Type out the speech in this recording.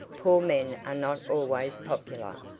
poor men are not always popular,